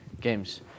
games